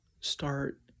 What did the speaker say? start